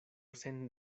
sen